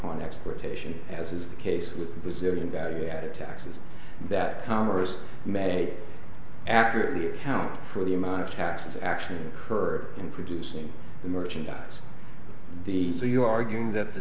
upon exploitation as is the case with the brazilian value added taxes that commerce may accurately account for the amount of taxes actually occur in producing the merchandise the so you arguing that the